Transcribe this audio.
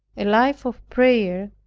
a life of prayer,